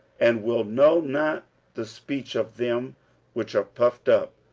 and will know, not the speech of them which are puffed up,